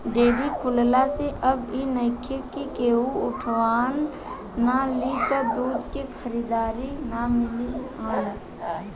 dairy खुलला से अब इ नइखे कि केहू उठवाना ना लि त दूध के खरीदार ना मिली हन